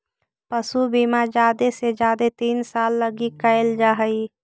पशु बीमा जादे से जादे तीन साल लागी कयल जा हई